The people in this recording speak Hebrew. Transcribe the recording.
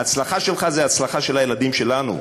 ההצלחה שלך זה ההצלחה של הילדים שלנו.